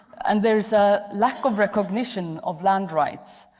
and there is a lack of recognition of land rights.